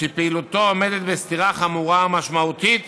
שפעילותו עומדת בסתירה חמורה ומשמעותית